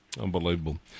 Unbelievable